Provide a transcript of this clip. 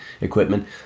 equipment